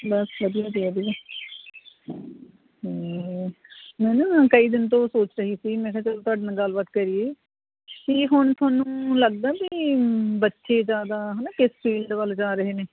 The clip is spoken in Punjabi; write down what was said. ਬਸ ਵਧੀਆ ਜੀ ਵਧੀਆ ਮੈਂ ਨਾ ਕਈ ਦਿਨ ਤੋਂ ਸੋਚ ਰਹੀ ਸੀ ਮੈਂ ਕਿਹਾ ਚਲੋ ਤੁਹਾਡੇ ਨਾਲ ਗੱਲਬਾਤ ਕਰੀਏ ਅਤੇ ਹੁਣ ਤੁਹਾਨੂੰ ਲੱਗਦਾ ਵੀ ਬੱਚੇ ਜ਼ਿਆਦਾ ਹੈ ਨਾ ਕਿਸ ਫੀਲਡ ਵੱਲ ਜਾ ਰਹੇ ਨੇ